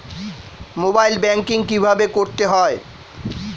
Mobile banking কীভাবে করতে হয়?